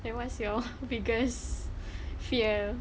then what's your biggest fear